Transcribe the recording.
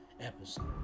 episode